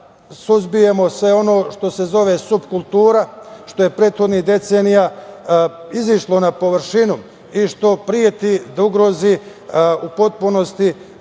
suzbijemo sve ono što se zove subkultura, što je prethodnih decenija izašlo na površinu i što preti da ugrozi u potpunosti